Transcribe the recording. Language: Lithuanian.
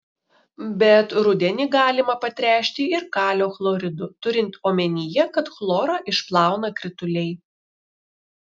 bet rudenį galima patręšti ir kalio chloridu turint omenyje kad chlorą išplauna krituliai